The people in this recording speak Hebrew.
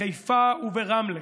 בחיפה וברמלה,